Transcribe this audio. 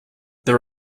there